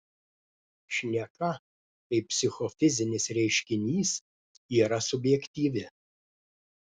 šneka kaip psichofizinis reiškinys yra subjektyvi